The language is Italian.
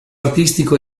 artistico